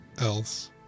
else